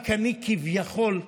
רק אני, כביכול,